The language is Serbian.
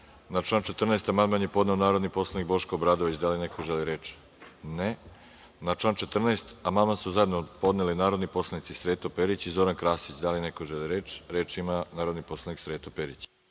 član 14. amandman je podneo narodni poslanik Boško Obradović. Da li neko želi reč? (Ne.)Na član 14. Amandman su zajedno podneli narodni poslanici Sreto Perić i Zoran Krasić. Da li neko želi reč? (Da.)Reč ima narodni poslanik Sreto Perić.